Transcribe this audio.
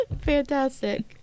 fantastic